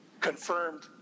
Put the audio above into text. confirmed